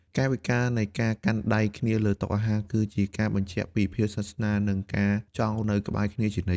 កាយវិការនៃការកាន់ដៃគ្នាលើតុអាហារ គឺជាការបញ្ជាក់ពីភាពស្និទ្ធស្នាល និងការចង់នៅក្បែរគ្នាជានិច្ច។